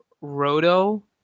Roto